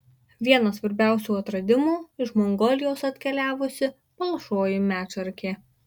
vienas svarbiausių atradimų iš mongolijos atkeliavusi palšoji medšarkė